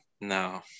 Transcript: no